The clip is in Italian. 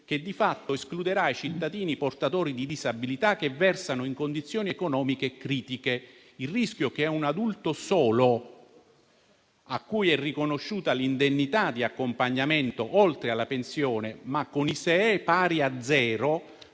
che, di fatto, escluderà cittadini portatori di disabilità che versano in condizioni economiche critiche. Il rischio è che un adulto solo, cui è riconosciuta l'indennità di accompagnamento oltre alla pensione, ma con ISEE pari a zero,